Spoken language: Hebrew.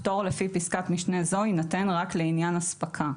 פטור לפי פסקת משנה זו יינתן רק לעניין הספקה.